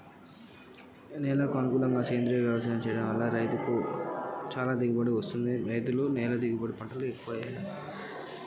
నేలకు అనుకూలంగా సేంద్రీయ వ్యవసాయం చేయడం వల్ల రైతులకు ఏమన్నా ఉపయోగం కలుగుతదా?